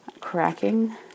cracking